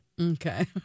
Okay